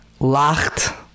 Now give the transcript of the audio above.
Lacht